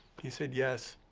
he said, yes.